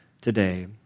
today